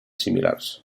similars